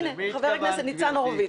הנה, חבר הכנסת ניצן הורוביץ.